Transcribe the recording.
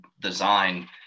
design